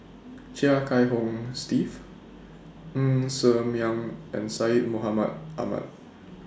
Chia Kiah Hong Steve Ng Ser Miang and Syed Mohamed Ahmed